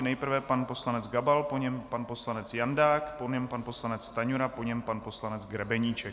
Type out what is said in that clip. Nejprve pan poslanec Gabal, po něm pan poslanec Jandák, po něm pan poslanec Stanjura a po něm pan poslanec Grebeníček.